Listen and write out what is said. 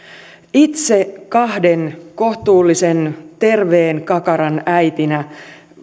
itse kahden kohtuullisen terveen kakaran äitinä